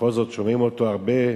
בכל זאת שומעים אותו הרבה,